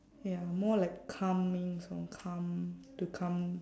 ya more like calming songs calm to calm